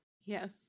Yes